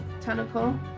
tentacle